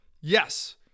yes